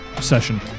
session